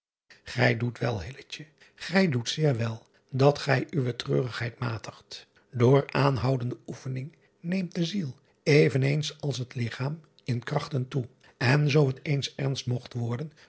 ij doet wel gij doet zeer wel dat gij uwe treurigheid matigt oor aanhoudende oefening neemt de ziel even eens als het ligchaam in krachten toe n zoo het eens ernst mogt worden